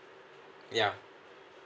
ya